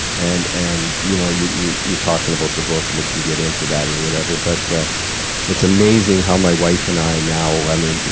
and and you know y'know, you're you're talking about the book and we can get into that or whatever, but it's amazing how my wife and i now i mean,